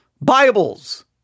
Bibles